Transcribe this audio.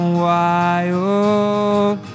wild